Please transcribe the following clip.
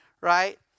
right